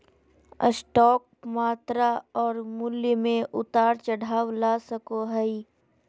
stock मात्रा और मूल्य में उतार चढ़ाव ला सको हइ